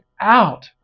out